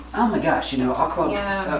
oh my gosh! you know i'll call, yeah